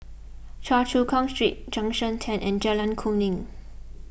Choa Chu Kang Street Junction ten and Jalan Kemuning